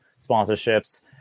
sponsorships